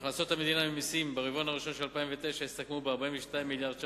הכנסות המדינה ממסים ברבעון הראשון של 2009 הסתכמו ב-42 מיליארד ש"ח,